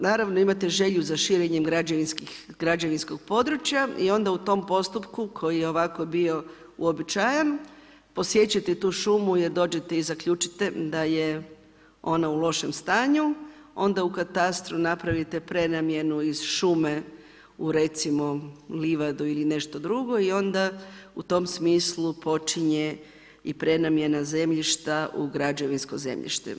Onda naravno imate želju za širenjem građevinskog područja i onda u tom postupku koji je ovako bio uobičajen, posiječete tu šumu jer dođete i zaključite da je ona u lošem stanju, onda u katastru napravite prenamjenu iz šume u recimo livadu ili nešto drugo i onda u tom smislu počinje i prenamjena zemljišta u građevinsko zemljište.